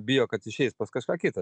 bijo kad išeis pas kažką kitą